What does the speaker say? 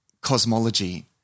cosmology